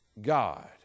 God